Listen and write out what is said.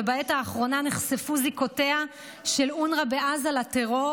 ובעת האחרונה נחשפו זיקותיה של אונר"א בעזה לטרור,